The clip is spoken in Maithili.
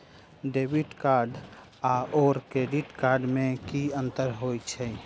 डेबिट कार्ड आओर क्रेडिट कार्ड मे की अन्तर छैक?